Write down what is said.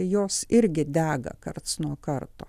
jos irgi dega karts nuo karto